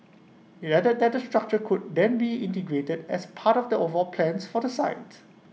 IT added that the structure could then be integrated as part of the overall plans for the site